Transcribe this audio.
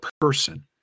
person